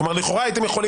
לכאורה הייתם,